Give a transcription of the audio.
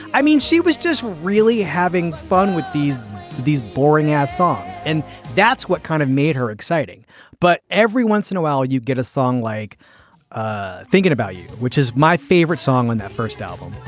i mean, she was just really having fun with these these boring at songs. and that's what kind of made her exciting but every once in a while, you get a song like ah thinking about you which is my favorite song when that first album.